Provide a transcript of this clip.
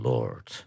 Lord